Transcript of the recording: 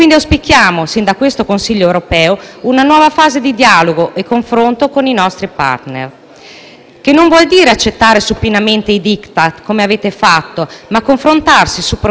che vuol dire non accettare supinamente i *Diktat* - come avete fatto - ma confrontarsi su provvedimenti seri e concertati. Per farlo bisogna, però, dire cose credibili e - soprattutto